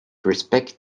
respect